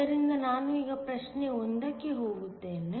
ಆದ್ದರಿಂದ ನಾನು ಈಗ ಪ್ರಶ್ನೆ 1 ಕ್ಕೆ ಹೋಗುತ್ತೇನೆ